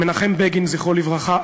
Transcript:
מנחם בגין, זכרו לברכה.